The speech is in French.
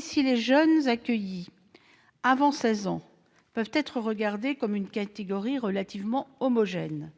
Si les jeunes accueillis avant seize ans peuvent être considérés comme une catégorie relativement homogène-